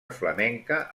flamenca